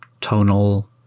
tonal